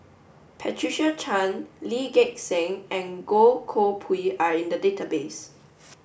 Patricia Chan Lee Gek Seng and Goh Koh Pui are in the database